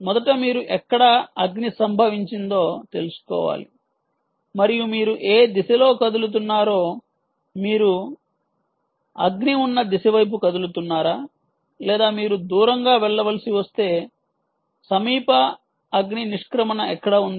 మొదట మీరు ఎక్కడ అగ్ని సంభవించిందో తెలుసుకోవాలి మరియు మీరు ఏ దిశలో కదులుతున్నారో మీరు అగ్ని ఉన్న దిశ వైపు కదులుతున్నారా లేదా మీరు దూరంగా వెళ్ళవలసి వస్తే సమీప అగ్ని నిష్క్రమణ ఎక్కడ ఉంది